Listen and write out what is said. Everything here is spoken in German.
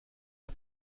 der